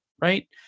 right